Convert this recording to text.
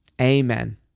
Amen